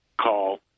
call